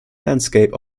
landscape